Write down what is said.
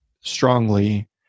strongly